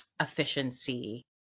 efficiency